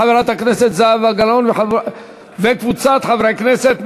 של חברת הכנסת זהבה גלאון וקבוצת חברי הכנסת,